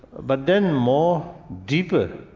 but then more deeper,